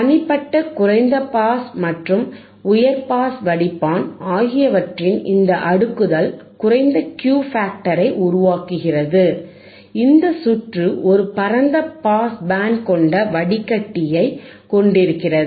தனிப்பட்ட குறைந்த பாஸ் மற்றும் உயர் பாஸ் வடிப்பான் ஆகியவற்றின் இந்த அடுக்குதல் குறைந்த Qfactor ஐ உருவாக்குகிறதுஇந்த சுற்று ஒரு பரந்த பாஸ் பேண்ட் கொண்ட வடிகட்டியை கொண்டிருக்கிறது